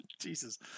Jesus